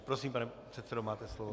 Prosím pane předsedo, máte slovo.